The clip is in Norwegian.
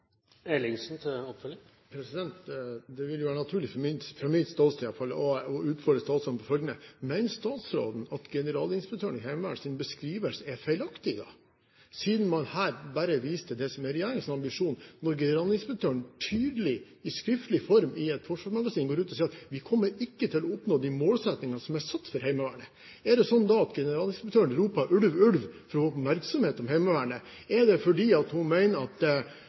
Det vil være naturlig fra mitt ståsted i hvert fall, å utfordre statsråden på følgende: Mener statsråden at generalinspektøren for Heimevernets beskrivelse er feilaktig siden man her bare viser til det som er regjeringens ambisjon, når generalinspektøren tydelig i skriftlig form i et forsvarsmagasin går ut og sier at man ikke kommer til å oppnå de målsettingene som er satt for Heimevernet? Er det da sånn at generalinspektøren roper ulv, ulv for å få oppmerksomhet om Heimevernet? Er det fordi hun mener at